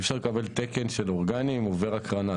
אי אפשר לקבל תקן של אורגני אם הוא עובר הקרנה.